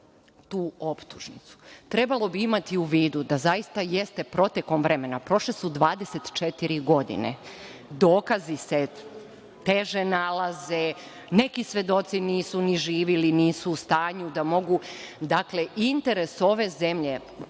tu optužnicu. Trebalo bi imati u vidu da zaista jeste, protekom vremena, prošle su 24 godine, dokazi se teže nalaze, neki svedoci nisu ni živi ili nisu u stanju da mogu… Dakle, interes ove zemlje,